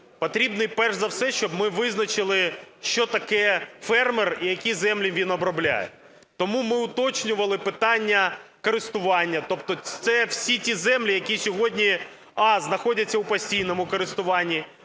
Потрібний перш за все, щоб ми визначили, що таке фермер, і які землі він обробляє. Тому ми уточнювали питання користування. Тобто це всі ті землі, які сьогодні: а) знаходяться у постійному користуванні,